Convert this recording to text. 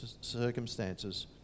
circumstances